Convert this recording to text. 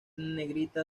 negrita